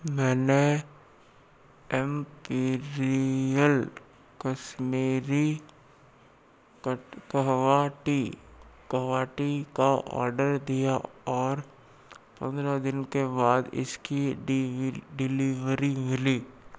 मैंने एमपीरियल कश्मीरी कवाहटी कवाहटी का आर्डर दिया और पंद्रह दिन के बाद इसकी डीवी डिलीवरी मिली